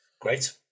Great